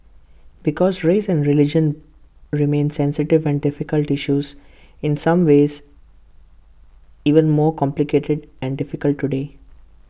because race and religion remain sensitive and difficult issues in some ways even more complicated and difficult today